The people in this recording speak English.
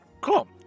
Cool